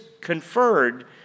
conferred